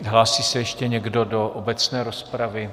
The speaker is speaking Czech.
Hlásí se ještě někdo do obecné rozpravy?